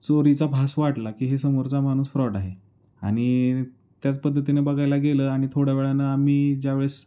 चोरीचा भास वाटला की हे समोरचा माणूस फ्रॉड आहे आणि त्याच पद्धतीने बघायला गेलं आणि थोड्या वेळानं आम्ही ज्यावेळेस